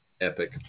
epic